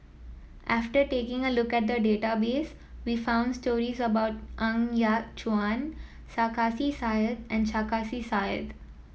after taking a look at the database we found stories about Ng Yat Chuan Sarkasi Said and Sarkasi Said